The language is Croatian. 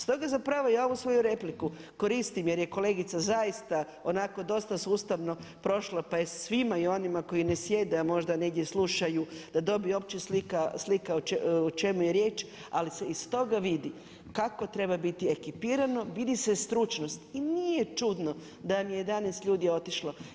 Stoga zapravo ja ovu svoju repliku koristim jer je kolegica zaista onako dosta sustavno prošla pa je svima onima koji ne sjede a možda negdje slušaju, da dobiju uopće sliku o čemu je riječ, ali se iz toga vidi kako treba biti ekipirano, vidi se stručnost i nije čudno da vam je 11 ljudi otišlo.